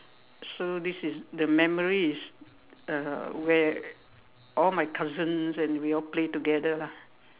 so this is the memory is uh where all my cousins and we all play together lah